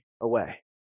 away